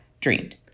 dreamed